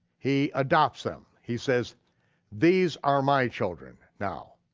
he adopts them, he says these are my children now.